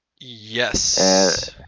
Yes